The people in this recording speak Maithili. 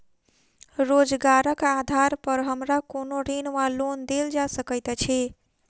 रोजगारक आधार पर हमरा कोनो ऋण वा लोन देल जा सकैत अछि?